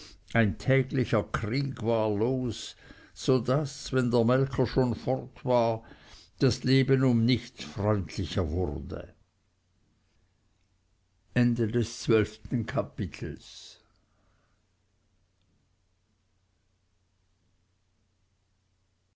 ein täglicher krieg war los so daß wenn der melker schon fort war das leben um nichts freundlicher wurde